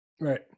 Right